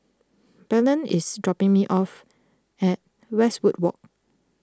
Belen is dropping me off at Westwood Walk